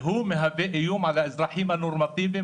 והוא מהווה איום על האזרחים הנורמטיביים